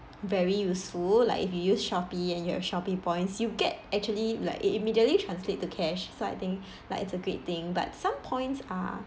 very useful like if you use Shopee and you have Shopee points you get actually like it immediately translate to cash so I think like it's a great thing but some points are